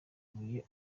ibuye